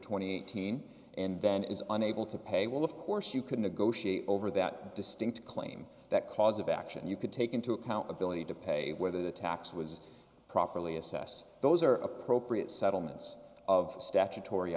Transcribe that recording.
thousand then is unable to pay well of course you could negotiate over that distinct claim that cause of action you could take into account of villainy to pay whether the tax was properly assessed those are appropriate settlements of statutory